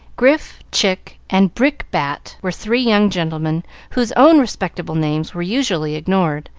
grif, chick, and brickbat were three young gentlemen whose own respectable names were usually ignored,